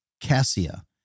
cassia